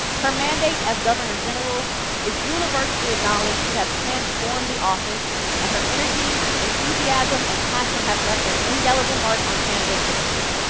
her mandate as governor general is universally acknowledged to have transformed the office and her energy, enthusiasm and passion have left and indelible mark on canada's history.